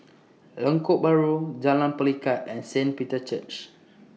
Lengkok Bahru Jalan Pelikat and Saint Peter's Church